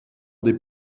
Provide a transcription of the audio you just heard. des